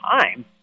time